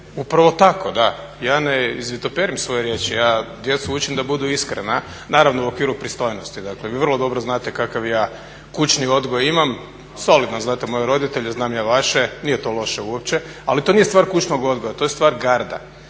upravo tako, da. Ja ne izvitoperim svoje riječi, ja djecu učim da budu iskrena naravno u okviru pristojnosti. Vi vrlo dobro znate kakav ja kućni odgoj imam, solidno znate moje roditelje, znam ja vaše, nije to loše uopće ali to nije stvar kućnog odgoja, to je stvar garda,